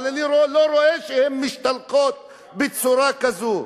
אבל אני לא רואה שהן משתלחות בצורה כזאת.